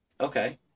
Okay